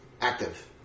active